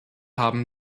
haben